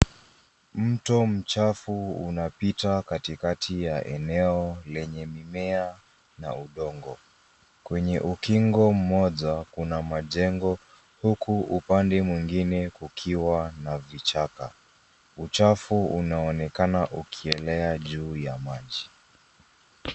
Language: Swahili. Mto mchafu unapita katikati ya eneo lenye mimea na udongo. Kwenye ukingo moja kuna majengo, huku upande mwingine kukiwa na vichaka. Uchafu unaonekana ukielea juu ya maji.